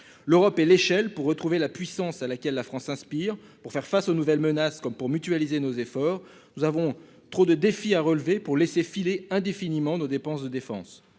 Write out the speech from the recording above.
L'Europe et l'échelle pour retrouver la puissance à laquelle la France inspire pour faire face aux nouvelles menaces comme pour mutualiser nos efforts, nous avons trop de défis à relever pour laisser filer indéfiniment nos dépenses de défense.